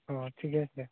অঁ ঠিকে আছে